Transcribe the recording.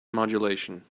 modulation